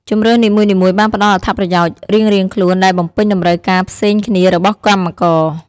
ជម្រើសនីមួយៗបានផ្តល់អត្ថប្រយោជន៍រៀងៗខ្លួនដែលបំពេញតម្រូវការផ្សេងគ្នារបស់កម្មករ។